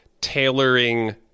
tailoring